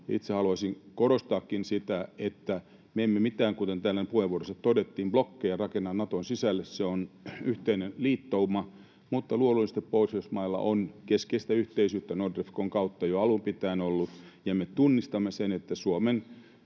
Itse haluaisin korostaakin sitä, kuten täällä puheenvuoroissa todettiin, että me emme mitään blokkeja rakenna Naton sisälle. Se on yhteinen liittouma, mutta luonnollisesti Pohjoismailla on keskeistä yhteisyyttä Nordefcon kautta jo alun pitäen ollut, ja me tunnistamme sen, että Suomen